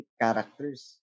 characters